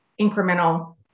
incremental